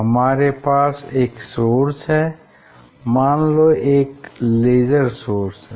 हमारे पास एक सोर्स है मान लो एक लेज़र सोर्स है